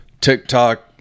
TikTok